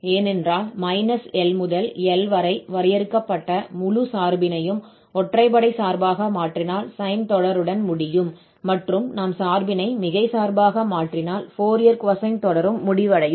ஏனென்றால் l முதல் l வரை வரையறுக்கப்பட்ட முழு சார்பினையும் ஒற்றைப்படை சார்பாக மாற்றினால் sine தொடருடன் முடியும் மற்றும் நாம் சார்பினை மிகை சார்பாக மாற்றினால் ஃபோரியர் cosine தொடருடன் முடிவடையும்